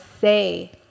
say